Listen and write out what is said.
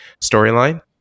storyline